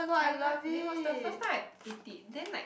I remem~ it was the first time I eat it then like